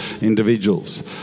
individuals